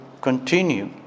continue